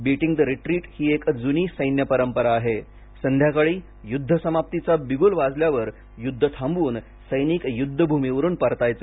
beating retreat ही एक जुनी सैन्य परंपरा आहे संध्याकाळी युद्ध समाप्तीचा बिग्ल वाजल्यावर युद्ध थांबवून सैनिक युद्ध भूमीवरून परतायचे